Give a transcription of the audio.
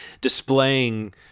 displaying